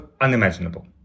unimaginable